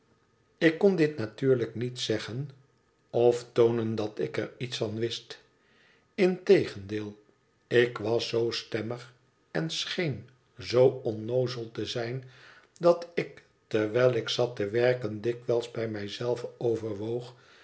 ik kon dit natuurlijk niet zeggen of toonen dat ik er iets van wist integendeel ik was zoo stemmig en scheen zoo onnoozel te zijn dat ik terwijl ik zat te werken dikwijls bij mij zelve overwoog